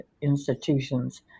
institutions